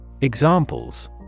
Examples